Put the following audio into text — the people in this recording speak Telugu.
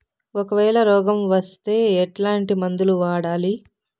ఒకవేల రోగం వస్తే ఎట్లాంటి మందులు వాడాలి?